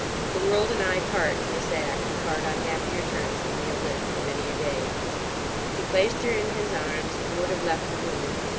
if the world and i part in this act, we part on happier terms than we have lived for many a day he placed her in his arms, and would have left the room,